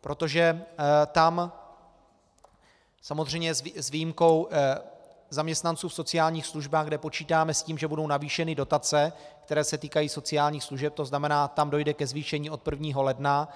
Protože samozřejmě s výjimkou zaměstnanců v sociálních službách, kde počítáme s tím, že budou navýšeny dotace, které se týkají sociálních služeb, tam dojde ke zvýšení od 1. ledna